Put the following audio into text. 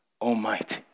Almighty